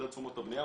מדד תשומות הבנייה,